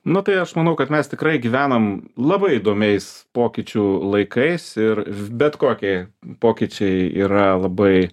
nu tai aš manau kad mes tikrai gyvenam labai įdomiais pokyčių laikais ir bet kokie pokyčiai yra labai